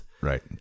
right